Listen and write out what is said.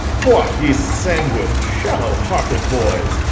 what, ye sanguine, shallow-hearted boys!